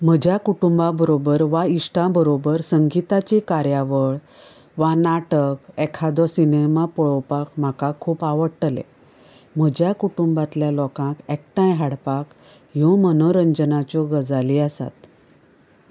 म्हज्या कुटुंबा बरोबर वा इश्टा बरोबर संगीताचे कार्यावळ वा नाटक एखादो सिनेमा पळोपाक म्हाका खूब आवडटले म्हज्या कुंटुबातल्या लोकांक एकठांय हाडपाक ह्यो मनोरजंनाच्यो गजाली आसात